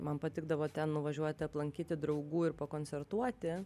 man patikdavo ten nuvažiuoti aplankyti draugų ir pakoncertuoti